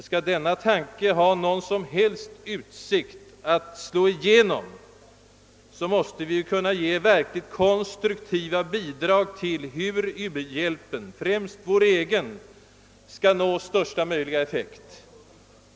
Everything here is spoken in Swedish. Skall denna tanke ha någon som helst utsikt att slå igenom, måste vi dock kunna ge verkligt konstruktiva uppslag till hur u-hjälpen — i första hand vår egen — skall nå största möjliga effekt.